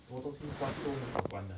什么东西关都很早关的